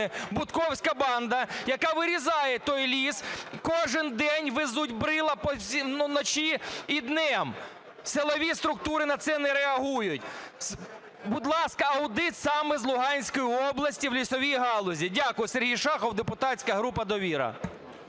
бутковська банда, яка вирізає той ліс, кожен день везуть брила вночі і вдень. Силові структури на це не реагують. Будь ласка, аудит саме з Луганської області в лісовій галузі. Дякую. Сергій Шахов депутатська група "Довіра".